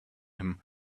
him